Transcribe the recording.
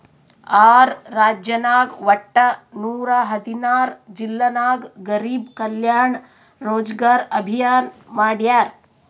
R ರಾಜ್ಯನಾಗ್ ವಟ್ಟ ನೂರಾ ಹದಿನಾರ್ ಜಿಲ್ಲಾ ನಾಗ್ ಗರಿಬ್ ಕಲ್ಯಾಣ ರೋಜಗಾರ್ ಅಭಿಯಾನ್ ಮಾಡ್ಯಾರ್